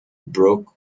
broke